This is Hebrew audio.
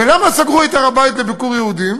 ולמה סגרו את הר-הבית לביקור יהודים?